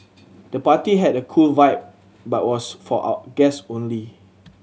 the party had a cool vibe but was for guest only